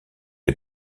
est